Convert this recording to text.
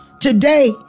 Today